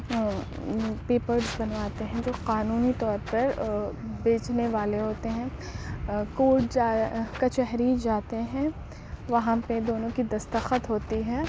papers بنواتے ہیں جو قانونی طور پر بیچنے والے ہوتے ہیں کورٹ جا کچہری جاتے ہیں وہاں پہ دونوں کی دستخط ہوتی ہے